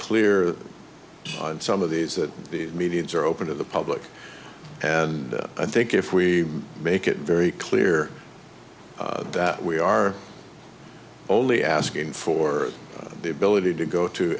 clear to some of these that the media is are open to the public and i think if we make it very clear that we are only asking for the ability to go to